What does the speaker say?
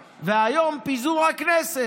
והיום: פיזור הכנסת.